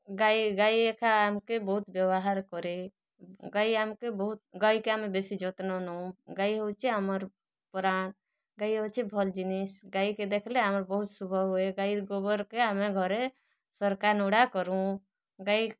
ଗାଈ ଗାଈ ଏକା ଆମ୍କେ ବହୁତ୍ ବ୍ୟବହାର୍ କରେ ଗାଈ ଆମ୍କେ ବହୁତ୍ ଗାଈକେ ଆମେ ବେଶୀ ଯତ୍ନ ନଉ ଗାଈ ହଉଛେ ଆମର୍ ପରାଣ୍ ଗାଈ ହଉଛେ ଭଲ୍ ଜିନିଷ୍ ଗାଈକେ ଦେଖ୍ଲେ ଆମର୍ ବହୁତ୍ ଶୁଭ ହୁଏ ଗାଈର ଗୋବର୍କେ ଆମେ ଘରେ ସର୍କା ନୁଡ଼ା କରୁଁ ଗାଈ